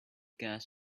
gas